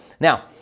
Now